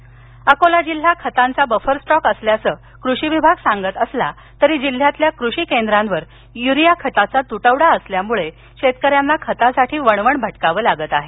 urea Akola जिल्हा खतांचा buffer stock असल्याचं कृषी विभाग सांगत असला तरी जिल्ह्यातील कृषी केंद्रांवर युरिया खताचा तुटवडा असल्यामुळे शेतकऱ्यांना खतासाठी वणवण भटकावे लागत आहे